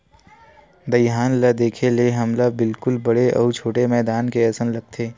दईहान ल देखे ले हमला बिल्कुल बड़े अउ छोटे मैदान के असन लगथे